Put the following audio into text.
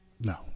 no